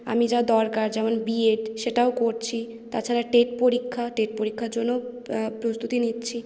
আমি যা দরকার যেমন বিএড সেটাও করছি তাছাড়া টেট পরীক্ষা টেট পরীক্ষার জন্যও প্রস্তুতি নিচ্ছি